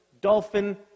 dolphin